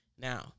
Now